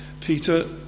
Peter